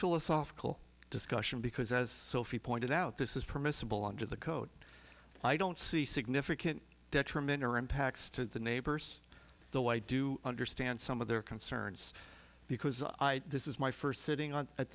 philosophical discussion because as sophie pointed out this is permissible under the code i don't see significant detrimental or impacts to the neighbors though i do understand some of their concerns because this is my first sitting on at